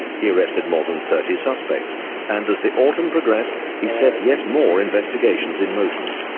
he arrested more than thirty suspects and, as the autumn progressed, he set yet more investigations in motion.